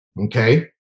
Okay